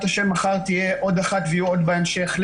השם מחר תהיה עוד אחת ויהיו עוד בהמשך,